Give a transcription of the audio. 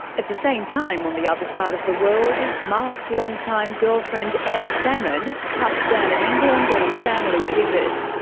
at the same time on the other side of the world, mark's long-time girlfriend emma salmon touched down in england on a family visit.